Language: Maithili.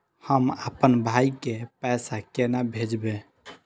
हम आपन भाई के पैसा केना भेजबे?